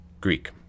Greek